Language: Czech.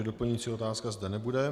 Doplňující otázka zde nebude.